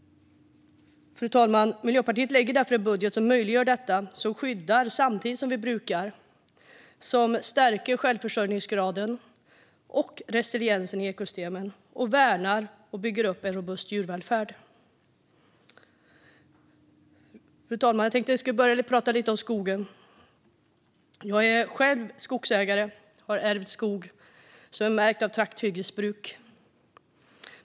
Fru talman! Miljöpartiet lägger därför fram en budget som möjliggör detta. Den skyddar samtidigt som vi brukar, den stärker självförsörjningsgraden och resiliensen i ekosystemen och den värnar och bygger upp en robust djurvälfärd. Fru talman! Jag tänkte prata lite om skogen. Jag är själv skogsägare. Jag har ärvt skog, så jag är märkt av trakthyggesbruk.